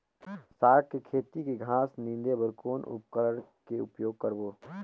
साग खेती के घास निंदे बर कौन उपकरण के उपयोग करबो?